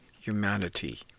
humanity